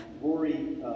Rory